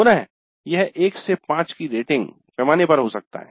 पुनः यह 1 से 5 के रेटिंग पैमाने पर हो सकता है